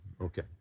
Okay